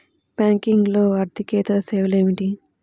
బ్యాంకింగ్లో అర్దికేతర సేవలు ఏమిటీ?